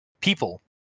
people